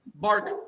Mark